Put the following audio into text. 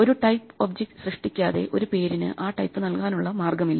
ഒരു type object സൃഷ്ടിക്കാതെ ഒരു പേരിന് ആ ടൈപ്പ് നൽകാനുള്ള മാർഗമില്ല